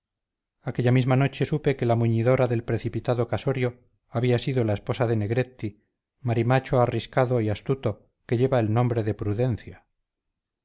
aquella misma noche supe que la muñidora del precipitado casorio había sido la esposa de negretti marimacho arriscado y astuto que lleva el nombre de prudencia